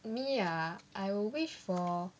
me ah I will wish for